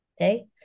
Okay